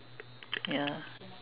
ya